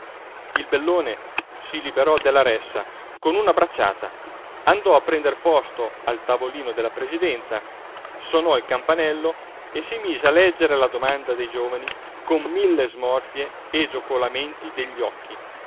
il bellone si liberò della ressa con una bracciata andò a prender posto al tavolino della presidenza sonò il campanello e si mise a leggere la domanda dei giovani con mille smorfie e giocolamenti degli occhi